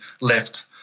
left